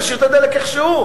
תשאיר את הדלק איך שהוא.